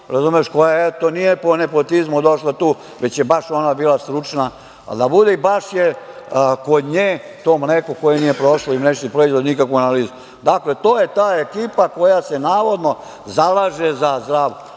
Pajtić, koja nije po nepotizmu došla tu, već je baš ona bila stručna i baš je kod nje to mleko koje nije prošlo i mlečni proizvod nikakvu analizu. Dakle, to je ta ekipa koja se navodno zalaže za zdravu